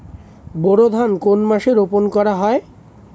বোরো ধান কোন মাসে রোপণ করা হয়?